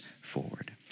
forward